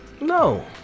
No